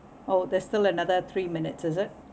oh there's still another three minutes is it